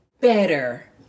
better